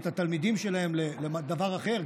את התלמידים שלהם לדבר אחר,